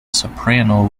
soprano